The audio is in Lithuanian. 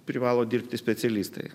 privalo dirbti specialistai